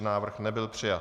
Návrh nebyl přijat.